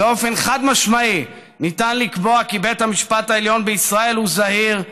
באופן חד-משמעי ניתן לקבוע כי בית המשפט העליון בישראל הוא זהיר,